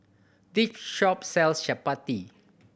this shop sells Chapati